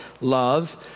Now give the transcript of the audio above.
love